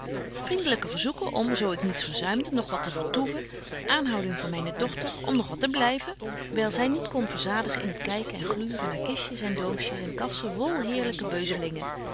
vriendelyke verzoeken om zo ik niets verzuimde nog wat te vertoeven aanhouding van myne dochter om nog wat te blyven wyl zy zich niet kon verzadigen in het kyken en gluren naar kistjes en doosjes en kassen vol heerlyke